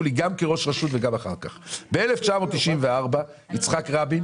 איך זה מתיישב עם העברה של 140 מיליון שקלים לא דרך המנגנון הזה?